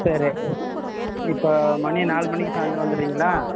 சரி ஆ இப்போ மணி நாலு மணிக்கு சாயந்தரம் வந்துடுறீங்களா